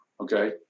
Okay